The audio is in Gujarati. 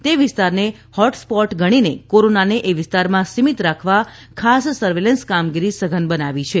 તે વિસ્તારને હોટ સ્પોર્ટ ગણીને કોરોનાને એ વિસ્તારમાં સીમિત રાખવા ખાસ સર્વેલન્સ કામગીરી સઘન બનાવી છે